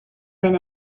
man